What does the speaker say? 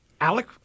Alec